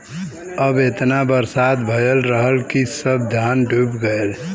अब एतना बरसात भयल रहल कि सब धान डूब गयल